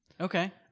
Okay